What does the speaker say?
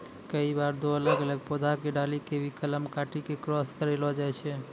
कई बार दो अलग अलग पौधा के डाली कॅ भी कलम काटी क क्रास करैलो जाय छै